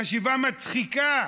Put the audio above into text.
חשיבה מצחיקה.